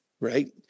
right